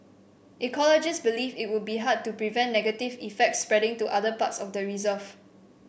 ecologists believe it would be hard to prevent negative effects spreading to other parts of the reserve